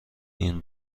این